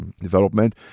development